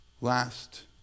Last